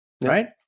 right